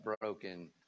broken